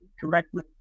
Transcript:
correctly